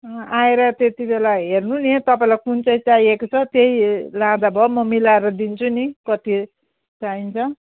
आएर त्यति बेला हेर्नु नि तपाईँलाई कुन चाहिँ चाहिएको छ त्यही लाँदा भयो म मिलाएर दिन्छु नि कति चाहिन्छ